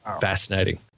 Fascinating